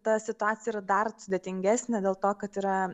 ta situacija yra dar sudėtingesnė dėl to kad yra